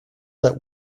that